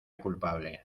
culpable